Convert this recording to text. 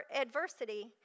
adversity